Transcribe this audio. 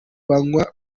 banywa